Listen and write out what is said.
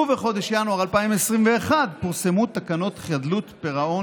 ובחודש ינואר 2021 פורסמו תקנות חדלות פירעון